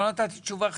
לא נתתי תשובה חיובית,